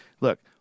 Look